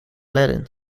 latin